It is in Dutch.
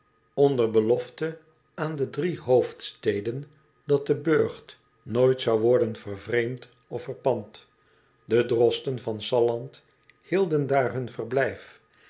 onder belofte aan de drie hoofdsteden dat de burgt nooit zou worden vervreemd of verpand de drosten van salland hielden daar hun verblijf